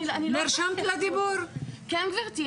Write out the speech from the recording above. כן, גברתי.